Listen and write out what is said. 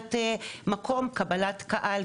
מבחינת מקום וקבלת קהל,